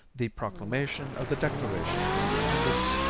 the proclamation of the declaration of independence,